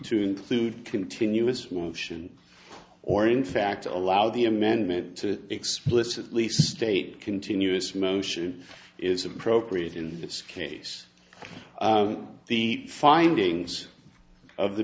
to include continuous wolfson or in fact allow the amendment to explicitly state continuous motion is appropriate in this case the findings of the